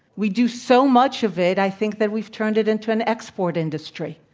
we do so much of it, i think, that we've turned it into an export industry.